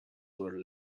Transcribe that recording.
were